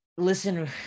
Listen